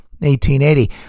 1880